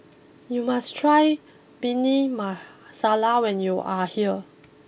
you must try Bhindi Masala when you are here